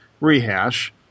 rehash